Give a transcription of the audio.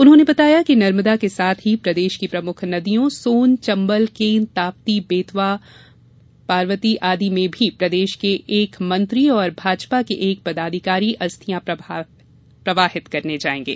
उन्होंने बताया कि नर्मदा के साथ ही प्रदेश की प्रमुख नदियों सोन चंबल केन ताप्ती बेतवा पार्वती आदि में भी प्रदेश के एक मंत्री और भाजपा के एक पदाधिकारी अस्थियां प्रवाहित करने जाएंगे